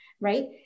right